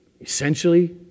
Essentially